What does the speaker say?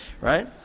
right